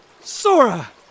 Sora